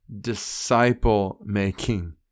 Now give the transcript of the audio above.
disciple-making